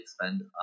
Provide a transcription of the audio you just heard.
spend